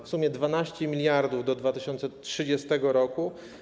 W sumie 12 mld do 2030 r.